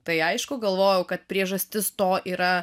tai aišku galvojau kad priežastis to yra